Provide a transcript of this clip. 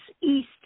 East